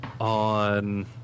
on